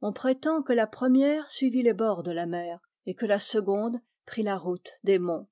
on prétend que la première suivit les bords de la mer et que la seconde prit la route des monts